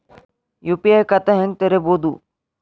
UPI ಖಾತಾ ಹೆಂಗ್ ತೆರೇಬೋದು?